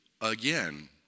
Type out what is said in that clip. again